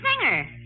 singer